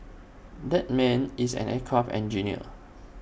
that man is an aircraft engineer